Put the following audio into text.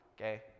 okay